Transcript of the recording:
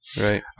Right